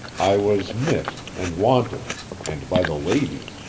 i was missed and wanted and by the ladies.